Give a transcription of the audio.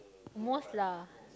most lah